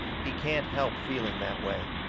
he can't help feeling that way.